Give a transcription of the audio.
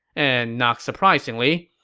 and not surprisingly,